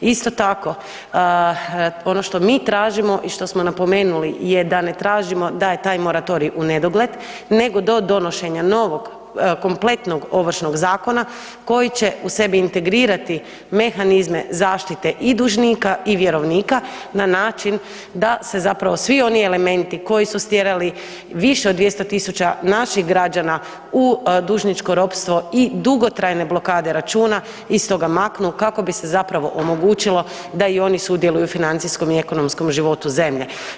Isto tako, ono što mi tražimo i što smo napomenuli je da ne tražimo da je taj moratorij u nedogled nego do donošenja novog kompletnog Ovršnog zakona koji će u sebi integrirati mehanizme zaštite i dužnika i vjerovnika na način da se zapravo svi oni elementi koji su stjerali više od 200 000 naših građana u dužničko ropstvo i dugotrajne blokade računa, iz toga maknu kako bi se zapravo omogućilo da i oni sudjeluju u financijskom i ekonomskom životu zemlje.